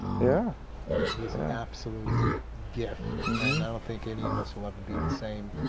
yeah he's an absolute gift. and i don't think any of us will ever be the same,